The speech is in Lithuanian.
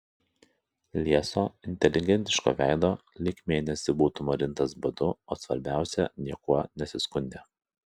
lieso inteligentiško veido lyg mėnesį būtų marintas badu o svarbiausia niekuo nesiskundė